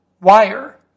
Wire